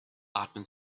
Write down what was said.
atmen